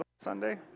Sunday